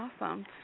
Awesome